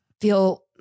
feel